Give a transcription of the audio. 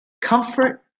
comfort